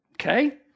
okay